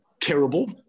terrible